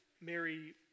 Mary